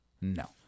No